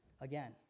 again